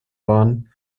waren